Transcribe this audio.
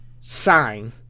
sign